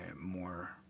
more